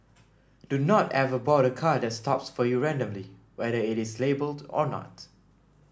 do not ever board a car that stops for you randomly whether it is labelled or not